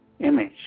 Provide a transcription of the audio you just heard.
image